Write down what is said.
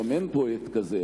לממן את הפרויקט הזה,